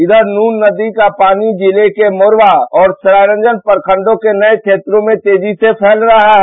इधर नून नदी का पानी जिले के मोरवा और सरायरंजन प्रखंडों के नये क्षेत्रों में तेजी से फैल रहा है